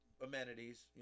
amenities